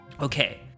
Okay